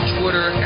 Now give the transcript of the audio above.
Twitter